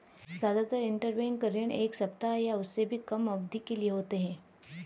जादातर इन्टरबैंक ऋण एक सप्ताह या उससे भी कम अवधि के लिए होते हैं